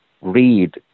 Read